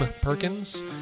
perkins